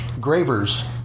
Gravers